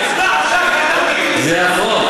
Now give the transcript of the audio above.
אתה כאדם פרטי, זה החוק.